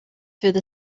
through